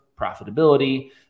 profitability